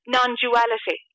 Non-Duality